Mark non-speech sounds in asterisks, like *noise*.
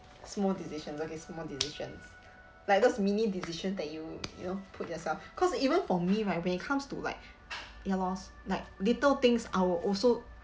small decision okay small decisions *noise* like those mini decision that you *noise* you know put yourself cause even for me right when it comes to like *noise* ya lor like little things I'll also